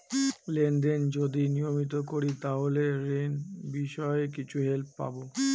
Lane দেন যদি নিয়মিত করি তাহলে ঋণ বিষয়ে কিছু হেল্প পাবো?